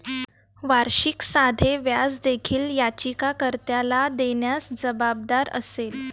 वार्षिक साधे व्याज देखील याचिका कर्त्याला देण्यास जबाबदार असेल